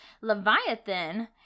Leviathan